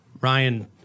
Ryan